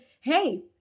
hey